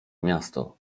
miasto